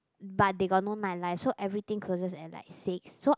but they got no night life so everything closes at like six so